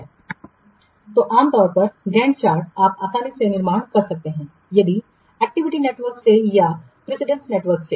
Refer Slide Time 0530 तो आमतौर पर गैंट चार्ट आप आसानी से निर्माण कर सकते हैं यदि एक्टिविटी नेटवर्क से या प्रीसीडेंस नेटवर्क से